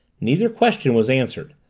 neither question was answered,